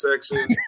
section